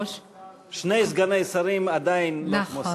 שני סגני שרים הם עדיין לא כמו שר.